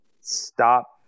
stop